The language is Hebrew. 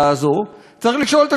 צריך לשאול את השאלה הבאה: